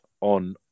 on